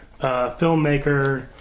filmmaker